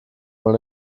wohl